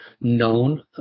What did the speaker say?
known